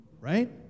right